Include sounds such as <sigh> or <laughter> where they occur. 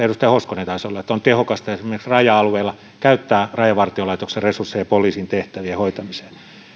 <unintelligible> edustaja hoskonen taisi olla että on tehokasta esimerkiksi raja alueilla käyttää rajavartiolaitoksen resursseja poliisin tehtävien hoitamiseen